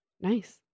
Nice